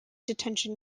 detention